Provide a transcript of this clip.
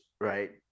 right